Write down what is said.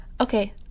Okay